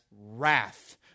wrath